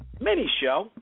mini-show